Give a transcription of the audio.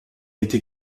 été